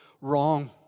wrong